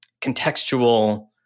contextual